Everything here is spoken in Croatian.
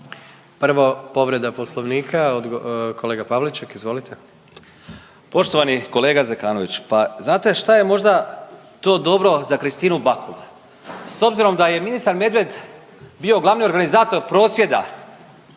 Marijan (Hrvatski suverenisti)** Poštovani kolega Zekanoviću, pa znate šta je možda to dobro za Kristinu Bakula s obzirom da je ministar Medved bio glavni organizator prosvjeda